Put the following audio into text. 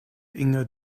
inge